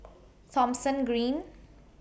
Thomson Green